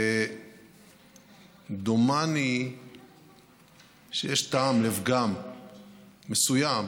דומני שיש טעם לפגם מסוים